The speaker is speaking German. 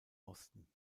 osten